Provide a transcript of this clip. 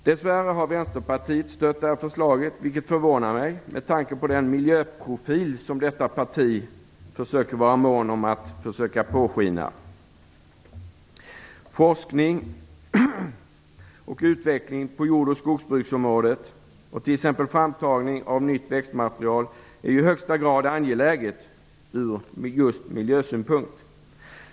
Dess värre har Vänsterpartiet stött det här förslaget, vilket förvånar mig med tanke på den miljöprofil som detta parti är mån om att försöka påskina. Forskning och utveckling på jord och skogsbruksområdet och framtagning av t.ex. nytt växtmaterial är i högsta grad angeläget just från miljösynpunkt.